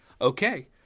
Okay